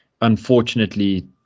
unfortunately